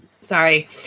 Sorry